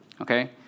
Okay